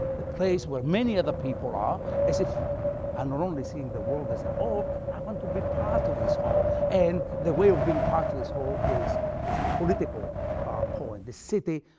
the place where many other people are as if i not only seeing the world as a whole, i want to be part of this whole, and the way of being part of this whole is this political poem. this city,